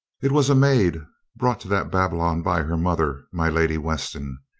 it was a maid brought to that babylon by her mother, my lady weston.